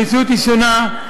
המציאות היא שונה,